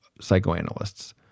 psychoanalysts